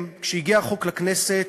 כשהגיע החוק לכנסת,